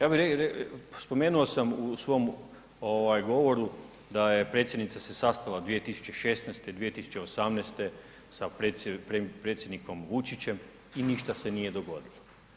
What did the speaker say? Ja bih, spomenuo sam u svom govoru da je predsjednica se sastala 2016., 2018. sa predsjednikom Vučićem i ništa se nije dogodilo.